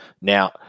Now